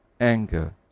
Anger